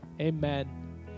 amen